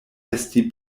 esti